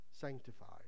sanctified